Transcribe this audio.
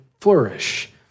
flourish